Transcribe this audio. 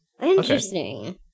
Interesting